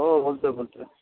हो बोलतो आहे बोलतो आहे